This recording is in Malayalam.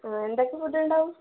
ആ എന്തൊക്കെ ഫുഡ് ഉണ്ടാവും